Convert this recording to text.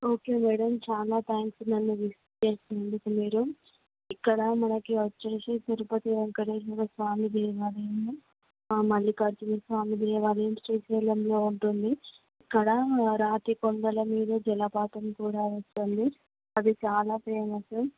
okay madam చాలా thanks నన్ను visit చేసినందుకు మీరు ఇక్కడ మనకి వచ్చేసి తిరుపతి వేంకటేశ్వరస్వామి దేవాలయము మల్లికార్జునస్వామి దేవాలయం శ్రీశైలంలో ఉంటుంది ఇక్కడ రాతి కొండల మీద జలపాతం కూడా ఉంటుంది అది చాలా ఫేమస్